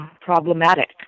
problematic